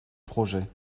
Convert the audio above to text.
projet